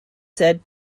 said